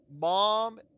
mom